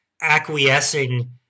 Acquiescing